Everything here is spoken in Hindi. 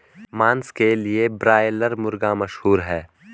मांस के लिए ब्रायलर मुर्गा मशहूर है